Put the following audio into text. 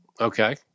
Okay